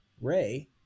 Ray